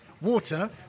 water